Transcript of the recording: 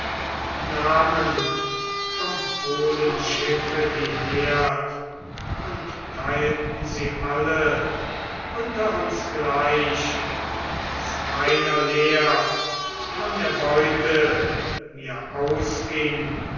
nahmen vom hohlen schiffe die herd und teileten sie alle unter uns gleich daß keiner leer von der beute mir ausging